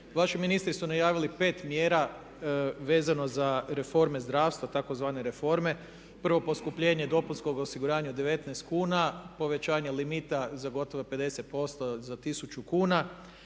vaši ministri su najavili pet mjera vezano za reforme zdravstva tzv. reforme. Prvo poskupljenje dopunskog osiguranja 19 kuna, povećanje limita za gotovo 50% za 1000 kuna,